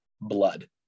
blood